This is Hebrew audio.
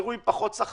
שיחזרו עם פחות שכר,